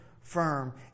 firm